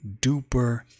duper